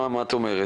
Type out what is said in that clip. מה את אומרת,